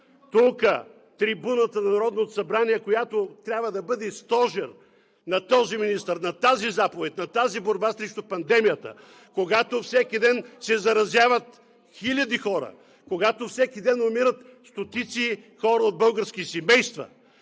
Тук, трибуната на Народното събрание, която трябва да бъде стожер на този министър, на тази заповед, на тази борба срещу пандемията, когато всеки ден се заразяват хиляди хора, когато всеки ден умират стотици хора от български семейства,